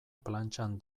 plantxan